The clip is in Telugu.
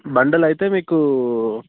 బండెల్ అయితే మీకు